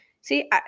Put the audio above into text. See